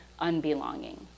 unbelonging